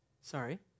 Sorry